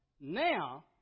Now